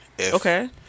Okay